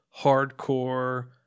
hardcore